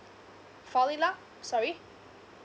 sorry